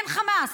אין חמאס.